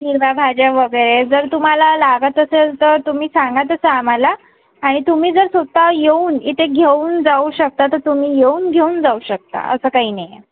हिरव्या भाज्या वगैरे जर तुम्हाला लागत असेल तर तुम्ही सांगा तसं आम्हाला आणि तुम्ही जर स्वतः येऊन इथे घेऊन जाऊ शकता तर तुम्ही येऊन घेऊन जाऊ शकता असं काही नाही आहे